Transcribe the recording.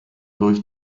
durch